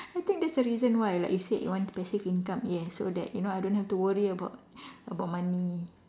I think that's the reason why like you said you want passive income yes so that you know I don't have to worry about about money